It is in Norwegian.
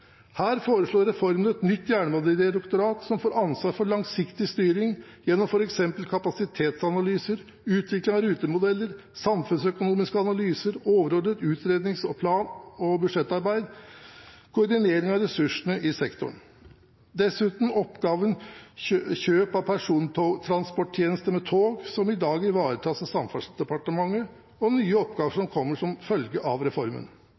Her foreslår reformen et nytt jernbanedirektorat som får ansvar for langsiktig styring gjennom f.eks. kapasitetsanalyser, utvikling av rutemodeller, samfunnsøkonomiske analyser, overordnet utrednings-, plan- og budsjettarbeid og koordinering av ressursene i sektoren og dessuten oppgaven med kjøp av persontransporttjenester med tog, som i dag ivaretas av Samferdselsdepartementet, og nye oppgaver som kommer som følge av reformen.